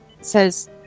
says